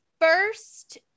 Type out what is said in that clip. first